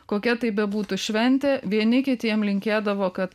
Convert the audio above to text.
kokia tai bebūtų šventė vieni kitiem linkėdavo kad